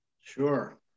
Sure